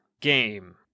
game